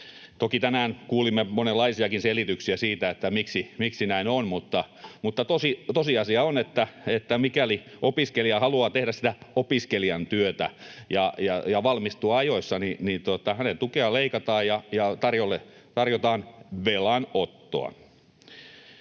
Toki tänään kuulimme monenlaisiakin selityksiä, miksi näin on, mutta tosiasia on, että mikäli opiskelija haluaa tehdä sitä opiskelijan työtä ja valmistua ajoissa, niin hänen tukeaan leikataan ja tilalle tarjotaan velanottoa.